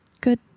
good